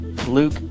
Luke